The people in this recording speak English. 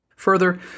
Further